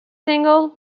single